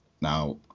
Now